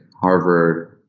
Harvard